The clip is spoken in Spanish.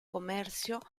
comercio